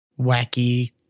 wacky